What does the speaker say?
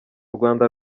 rwanda